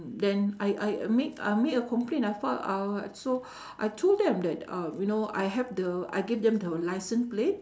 then I I made I made a complaint I file uh so I told them that uh you know I have the I gave them the license plate